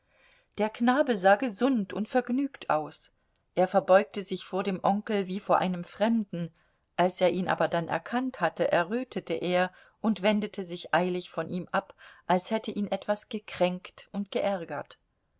der knabe sah gesund und vergnügt aus er verbeugte sich vor dem onkel wie vor einem fremden als er ihn aber dann erkannt hatte errötete er und wendete sich eilig von ihm ab als hätte ihn etwas gekränkt und geärgert